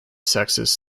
sexes